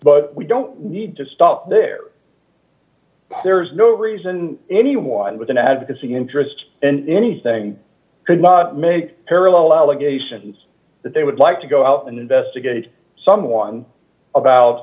but we don't need to stop there there's no reason anyone with an advocacy interest and anything could make parallel allegations that they d would like to go out and investigate someone about